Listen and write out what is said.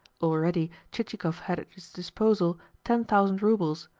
already chichikov had at his disposal ten thousand roubles,